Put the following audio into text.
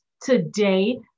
today